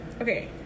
Okay